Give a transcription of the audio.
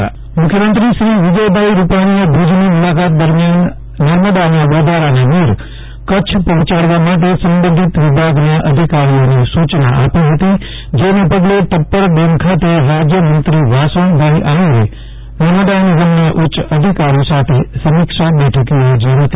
જયદીપ વૈષ્ણવ રાજયમંત્રી ડેમ મુખ્યમંત્રીશ્રી વિજયભાઈ રૂપાણીએ ભુજની મૂલાકાત દરમિયાન નર્મદાનાં વધારાનાં નીર કચ્છ પફોંચાડવા માટે સંબંધિત વિભાગના અધિકારીઓને સૂચના આપી ફતી જેને પગલે ટપ્પર ડેમ ખાતે રાજ્યમંત્રી વાસણભાઈ આફિરે નર્મદા નિગમના ઉચ્ય અધિકારી સાથે સમીક્ષા બેઠક યોજી ફતી